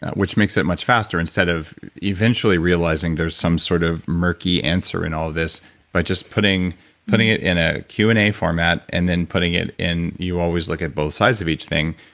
which makes it much faster instead of eventually realizing there's some sort of murky answer in all of this by just putting putting it in a q and a format and then putting it in, you always look at both sides of each thing,